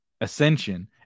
ascension